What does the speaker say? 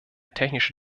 technische